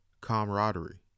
camaraderie